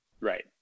right